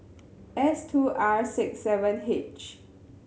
S two R six seven H